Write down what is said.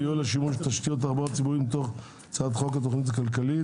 (ייעול השימוש בתשתיות תחבורה ציבורית) מתוך הצעת חוק התכנית הכלכלית